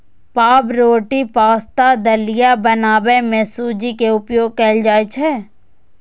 पावरोटी, पाश्ता, दलिया बनबै मे सूजी के उपयोग कैल जाइ छै